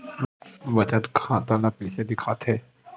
बचत खाता ला कइसे दिखथे?